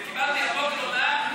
וקיבלתי היום הודעה,